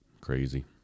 crazy